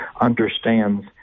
understands